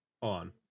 on